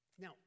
Now